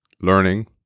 Learning